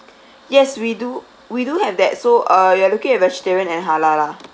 yes we do we do have that so uh you are looking at vegetarian and halal lah